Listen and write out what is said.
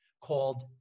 called